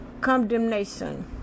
condemnation